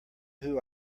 who